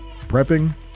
Prepping